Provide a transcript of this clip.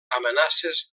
amenaces